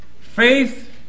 Faith